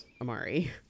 Amari